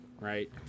right